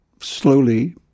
slowly